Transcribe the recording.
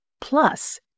plus